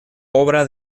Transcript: obra